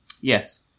yes